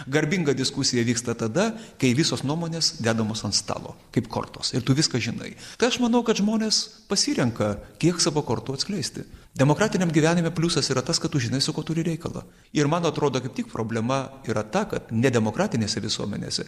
garbinga diskusija vyksta tada kai visos nuomonės dedamos ant stalo kaip kortos ir tu viską žinai tai aš manau kad žmonės pasirenka kiek savo kortų atskleisti demokratiniam gyvenime pliusas yra tas kad tu žinai su kuo turi reikalą ir man atrodo kaip tik problema yra ta kad nedemokratinėse visuomenėse